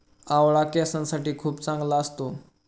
आवळा केसांसाठी खूप चांगला असतो